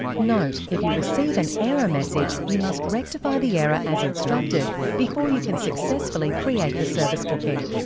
note if you receive an error message, you must rectify the error as instructed before you can successfully create the service booking.